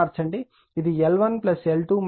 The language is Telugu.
ఇది L1L2 2M గా ఉంటుంది